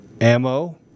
ammo